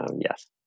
yes